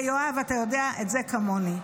ויואב, אתה יודע את זה כמוני.